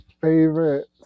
favorite